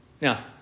Now